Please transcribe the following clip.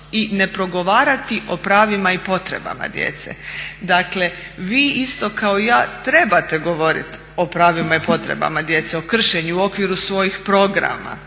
i ne progovarati o pravima i potrebama djece. Dakle, vi isto kao i ja trebate govoriti o pravima i potrebama djece, o kršenju u okviru svojih programa